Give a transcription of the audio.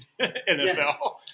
NFL